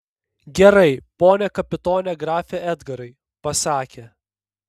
gerai pone kapitone grafe edgarai pasakė